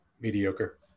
mediocre